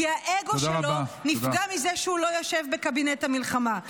כי האגו נפגע מזה שהוא לא יושב בקבינט המלחמה.